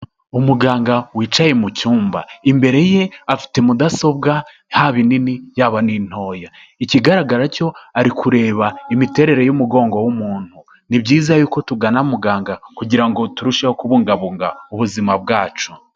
Umuganga wicaye mu cyumba imbere ye afite mudasobwa haba inini yaba ni ntoya. Ikigaragara cyo ari kureba imiterere y'umugongo w'umuntu. Ni byizayiza yuko tugana muganga kugira ngo turusheho kubungabunga ubuzima bwacu.